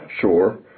sure